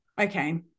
Okay